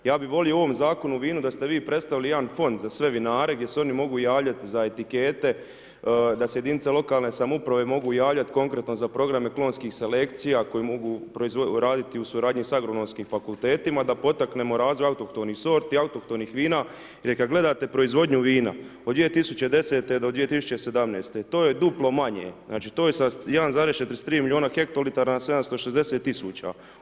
Ja bi volio u ovom Zakonu o vinu da ste vi predstavili jedan fond za sve vinare gdje se oni mogu javljati za etikete, da se jedinice lokalne samouprave mogu javljati konkretno za programe klonskih selekcija koje mogu raditi u suradnji sa Agronomskim fakultetima da potaknemo razvoj autohtonim sorti, autohtonih vina jer kad gledate proizvodnju vina, od 2010. do 2017., to je duplo manje, znači to je 1,43 milijuna hektolitara sa 760 000.